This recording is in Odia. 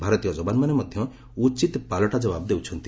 ଭାରତୀୟ ଯବାନମାନେ ମଧ୍ୟ ଉଚିତ୍ ପାଲଟା ଯବାବ ଦେଉଛନ୍ତି